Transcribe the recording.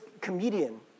comedian